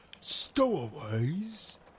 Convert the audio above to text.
Stowaways